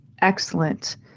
excellent